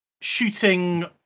shooting